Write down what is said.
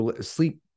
Sleep